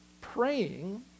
praying